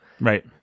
Right